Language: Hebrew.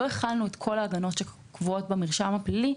לא החלנו את כל ההגנות שקבועות במרשם הפלילי,